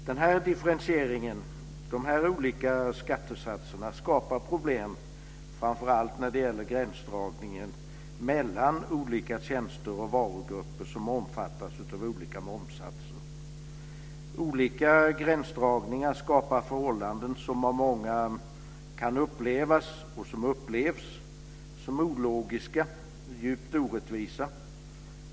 Den här differentieringen, de olika skattesatserna, skapar problem. Det gäller framför allt gränsdragningen mellan olika tjänster och varugrupper som omfattas av olika momssatser. Olika gränsdragningar skapar förhållanden som av många kan upplevas, och också upplevs, som ologiska och djupt orättvisa.